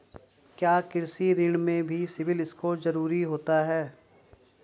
क्या कृषि ऋण में भी सिबिल स्कोर जरूरी होता है?